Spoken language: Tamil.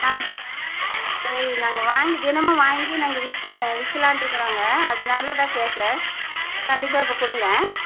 ஆ சரி நாங்கள் வாங்கி தினமும் வாங்கி நாங்கள் விக் விக்கலான்ட்டு இருக்கிறோங்க அதனால தான் கேட்குறேன் கண்டிப்பாக இப்போ கொடுங்க